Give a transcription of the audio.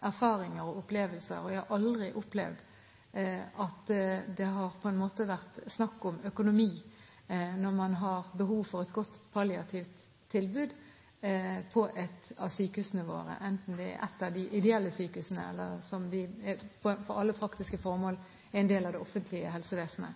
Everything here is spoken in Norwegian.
aldri opplevd at det har vært snakk om økonomi når man har hatt behov for et godt palliativt tilbud på et av sykehusene våre, heller ikke når det har vært et av de ideelle sykehusene, som for alle praktiske formål er en del av det offentlige helsevesenet.